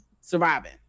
surviving